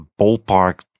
ballpark